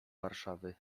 warszawy